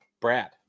Brad